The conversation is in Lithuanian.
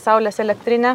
saulės elektrinę